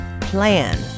plan